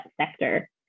sector